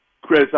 Chris